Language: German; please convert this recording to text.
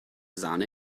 sahne